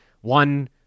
one